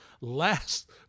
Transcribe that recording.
last